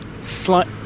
slight